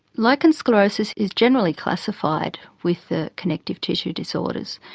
lichen sclerosus is generally classified with the connective tissue disorders,